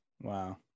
Wow